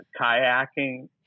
kayaking